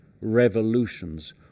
revolutions